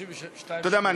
אתה יודע מה?